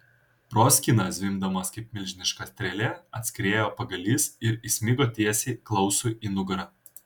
proskyna zvimbdamas kaip milžiniška strėlė atskriejo pagalys ir įsmigo tiesiai klausui į nugarą